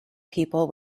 people